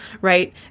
right